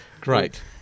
Great